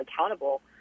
accountable